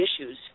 issues